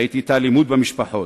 ראיתי את האלימות במשפחות,